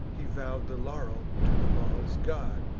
he vow'd the laurel to the laurel's god.